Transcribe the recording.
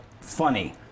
funny